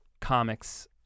comics